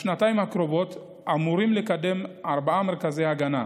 בשנתיים הקרובות אמורים לקדם ארבעה מרכזי הגנה.